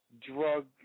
drug